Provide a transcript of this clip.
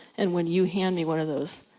and when you hand me one of those.